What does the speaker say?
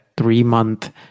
three-month